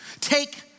Take